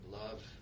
love